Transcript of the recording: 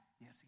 Yes